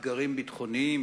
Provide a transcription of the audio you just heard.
אתגרים ביטחוניים,